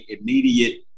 immediate